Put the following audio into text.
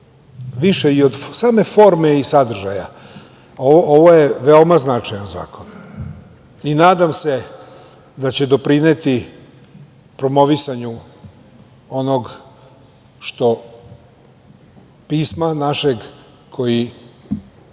više i od same forme i sadržaja. Ovo je veoma značajan zakon. Nadam se da će doprineti promovisanju pisma našeg koje